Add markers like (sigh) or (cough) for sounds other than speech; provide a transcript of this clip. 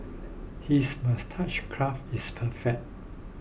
his moustache (unintelligible) is perfect